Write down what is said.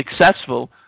successful